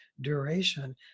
duration